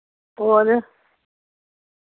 होर